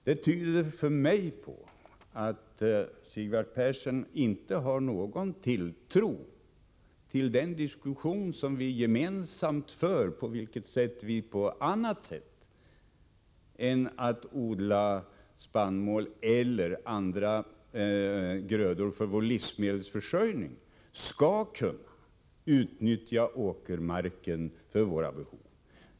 Det tyder enligt min uppfattning på att Sigvard Persson inte har någon tilltro till den diskussion som vi gemensamt för och som handlar om hur vi, förutom genom att odla spannmål eller andra grödor för vår livsmedelsförsörjning, skall kunna utnyttja åkermarken för våra behov.